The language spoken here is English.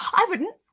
i wouldn't.